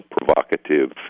provocative